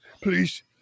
please